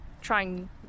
trying